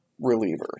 reliever